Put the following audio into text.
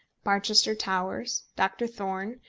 barchester towers, doctor thorne,